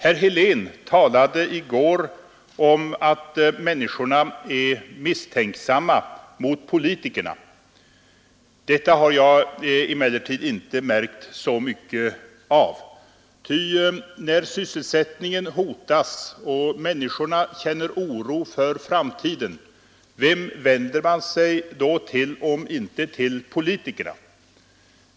Herr Helén talade i går om att människorna är misstänksamma mot politikerna. Detta har jag emellertid inte märkt så mycket av, ty när sysselsättningen hotas och människorna känner oro för framtiden — vem vänder man sig då till, om inte till politikerna?